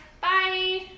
Bye